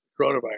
coronavirus